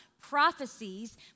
prophecies